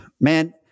man